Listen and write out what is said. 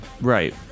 Right